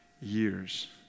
years